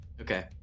Okay